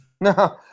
No